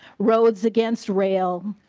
rose against rail.